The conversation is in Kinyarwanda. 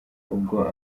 ubwo